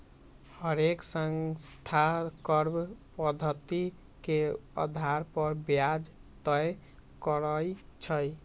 हरेक संस्था कर्व पधति के अधार पर ब्याज तए करई छई